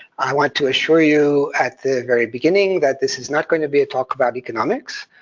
i want to assure you at the very beginning that this is not going to be a talk about economics.